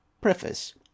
Preface